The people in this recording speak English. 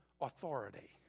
authority